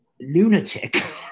lunatic